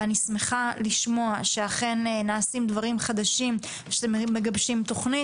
אני שמחה לשמוע שאכן נעשים דברים חדשים שמגבשים תוכנית.